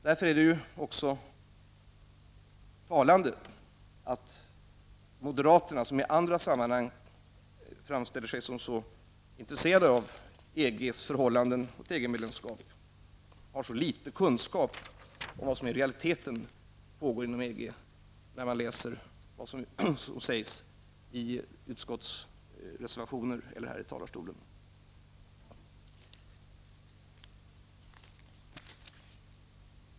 Därför är det också talande att moderaterna, som i andra sammanhang framställer sig som så intresserade av EGs förhållanden och ett medlemskap i EG, har så liten kunskap om vad som i realiteten pågår inom EG. Det kan man konstatera när man läser reservationerna i utskottet eller hör vad som sägs här i talarstolen.